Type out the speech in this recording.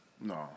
No